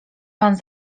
pan